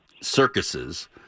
circuses